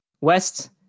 West